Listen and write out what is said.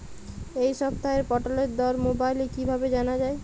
এই সপ্তাহের পটলের দর মোবাইলে কিভাবে জানা যায়?